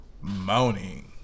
moaning